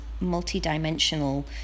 multi-dimensional